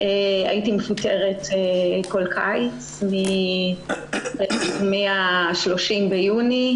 הייתי מפוטרת כל קיץ מה-30 ביוני,